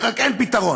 רק אין פתרון.